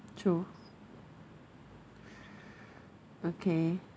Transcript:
true okay